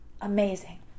Amazing